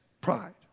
pride